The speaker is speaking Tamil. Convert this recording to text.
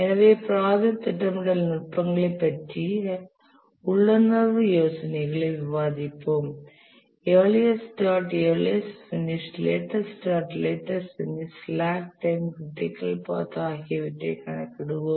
எனவே ப்ராஜெக்ட் திட்டமிடல் நுட்பங்களைப் பற்றிய உள்ளுணர்வு யோசனைகளை விவாதிப்போம் earliest start earliest finish latest start latest finish slack time critical path ஆகியவற்றைக் கணக்கிடுவோம்